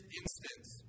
instance